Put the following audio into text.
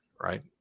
right